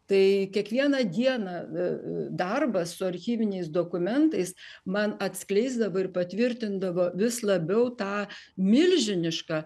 tai kiekvieną dieną darbas su archyviniais dokumentais man atskleisdavo ir patvirtindavo vis labiau tą milžinišką